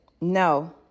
No